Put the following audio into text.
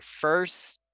first